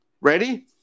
Ready